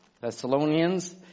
Thessalonians